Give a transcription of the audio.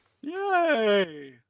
yay